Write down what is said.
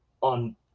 On